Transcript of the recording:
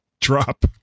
drop